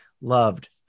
loved